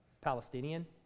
Palestinian